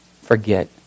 forget